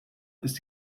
ist